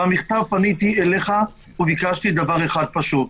פניתי אליך במכתב וביקשתי דבר אחד פשוט.